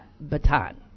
Baton